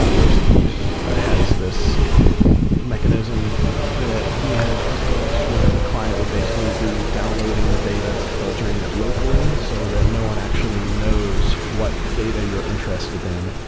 ah roasbeef, has this mechanism that he has proposed, where the client would basically be downloading the data, but filtering it locally so that no one actually knows what data you're interested then,